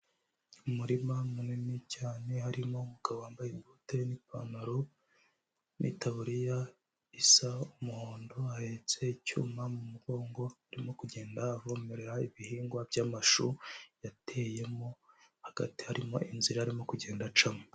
Umurima munini cyane harimo umugabo wambaye ikote n'ipantaro n'itaburiya isa umuhondo, ahetse icyuma mu mugongo arimo kugenda avomerera ibihingwa by'amashu yateyemo, hagati harimo inzira arimo kugenda acamo.